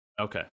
Okay